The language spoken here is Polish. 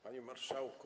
Panie Marszałku!